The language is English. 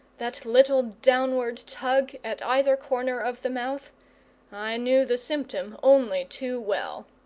that little downward tug at either corner of the mouth i knew the symptom only too well!